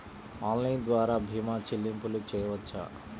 Online ద్వార భీమా చెల్లింపులు చేయవచ్చా?